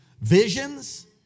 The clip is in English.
visions